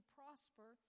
prosper